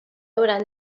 hauran